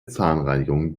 zahnreinigung